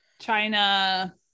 china